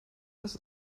dass